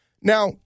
Now